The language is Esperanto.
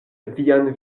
vian